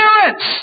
parents